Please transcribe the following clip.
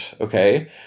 Okay